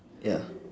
ya